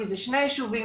כי זה שני ישובים,